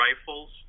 Rifles